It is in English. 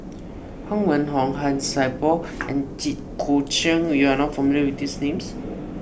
Huang Wenhong Han Sai Por and Jit Koon Ch'ng you are not familiar with these names